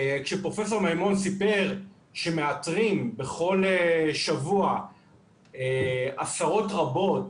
כשפרופ' מימון סיפר שמאתרים בכל שבוע עשרות רבות